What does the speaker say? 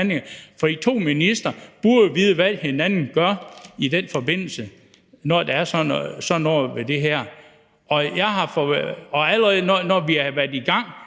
for I to ministre burde vide, hvad hinanden gør i den forbindelse, altså når der er tale om sådan noget som det her. Allerede da vi var i gang